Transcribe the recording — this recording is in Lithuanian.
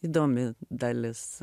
įdomi dalis